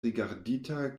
rigardita